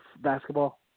basketball